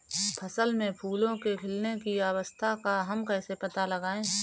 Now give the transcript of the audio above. फसल में फूलों के खिलने की अवस्था का हम कैसे पता लगाएं?